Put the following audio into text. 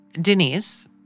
Denise